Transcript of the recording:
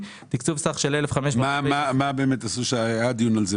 תקצוב סך של 6,175 אלפי ש"ח בהרשאה להתחייב עבור פיתוח ושדרוג